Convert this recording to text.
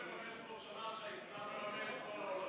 1,500 שנה שהאסלאם מרמה את כל העולם.